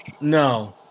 no